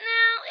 Now